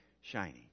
shining